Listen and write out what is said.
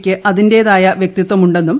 ക്ക് അതിന്റേതായ വ്യക്തിത്വമുണ്ടെന്നും